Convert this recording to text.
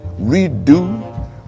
Redo